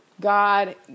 God